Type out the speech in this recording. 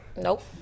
Nope